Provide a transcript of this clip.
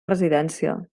residència